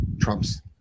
trumps